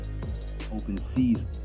OpenSea's